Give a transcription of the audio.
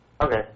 Okay